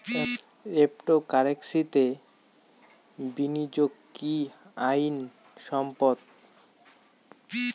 ক্রিপ্টোকারেন্সিতে বিনিয়োগ কি আইন সম্মত?